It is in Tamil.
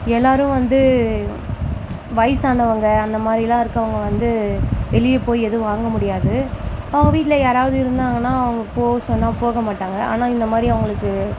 எல்லாரும் வந்து வயசானவங்க அந்த மாதிரிலாம் இருக்கவங்க வந்து வெளியே போய் எதுவும் வாங்க முடியாது அவங்க வீட்டில யாராவது இருந்தாங்கன்னா அவங்க போக சொன்னா போக மாட்டாங்க ஆனால் இந்த மாதிரி அவங்களுக்கு